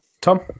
Tom